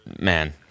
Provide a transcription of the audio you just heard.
Man